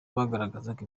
bagaragazaga